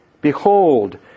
Behold